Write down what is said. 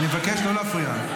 אני מבקש לא להפריע.